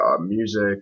music